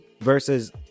Versus